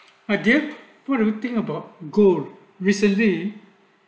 ah dear what do you think about gold recently